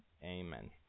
Amen